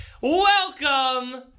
Welcome